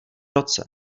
roce